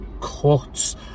cuts